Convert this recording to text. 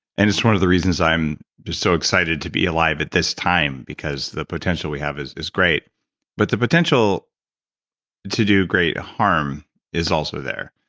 and it's one of the reasons i'm so excited to be alive at this time because the potential we have is is great but the potential to do great harm is also there.